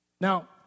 Now